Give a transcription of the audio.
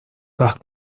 par